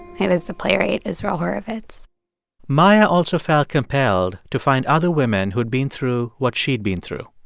it was the playwright israel horovitz maia also felt compelled to find other women who'd been through what she'd been through.